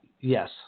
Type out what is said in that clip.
Yes